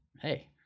hey